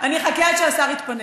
אני אחכה עד שהשר יתפנה.